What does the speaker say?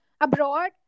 abroad